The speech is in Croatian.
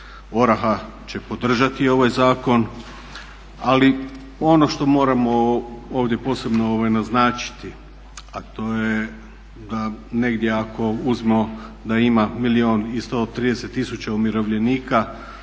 ORAH-a će podržati ovaj zakon, ali ono što moramo ovdje posebno naznačiti, a to je da negdje ako uzmemo da ima milijun i 130 tisuća umirovljenika,